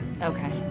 Okay